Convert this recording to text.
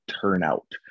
turnout